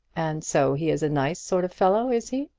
and so he is a nice sort of fellow, is he?